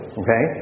okay